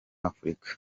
afurika